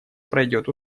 пройдет